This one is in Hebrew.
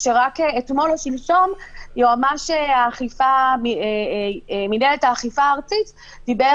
כאשר רק אתמול או שלשום יועמ"ש מינהלת האכיפה הארצית דיבר